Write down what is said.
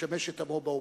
משמש את עמו באופוזיציה,